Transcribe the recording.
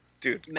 Dude